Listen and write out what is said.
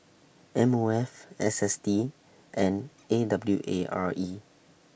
M O F S S T and A W A R E